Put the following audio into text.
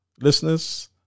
listeners